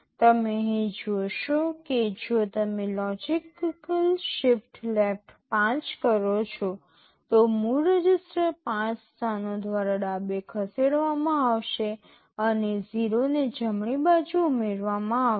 તમે અહીં જોશો કે જો તમે લોજિકલ શિફ્ટ લેફ્ટ 5 કરો છો તો મૂળ રજિસ્ટર 5 સ્થાનો દ્વારા ડાબે ખસેડવામાં આવશે અને 0 ને જમણી બાજુ ઉમેરવામાં આવશે